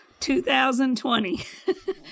2020